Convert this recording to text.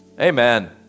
Amen